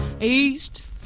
East